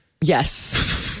Yes